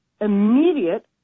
Immediate